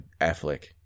Affleck